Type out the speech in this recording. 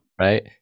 right